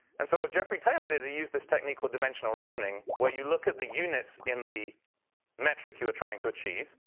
and so what geoffrey taylor did he used this technique called dimensional reasoning where you look at the units in the metric you were trying to achieve.